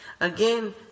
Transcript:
Again